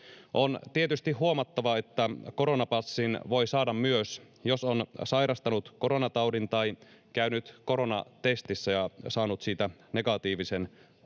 On tietysti huomattava, että koronapassin voi saada myös, jos on sairastanut koronataudin tai käynyt koronatestissä ja saanut siitä negatiivisen tuloksen.